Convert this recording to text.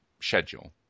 schedule